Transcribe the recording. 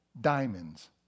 Diamonds